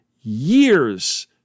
years